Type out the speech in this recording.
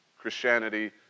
Christianity